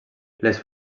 les